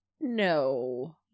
No